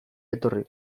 etorri